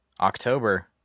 October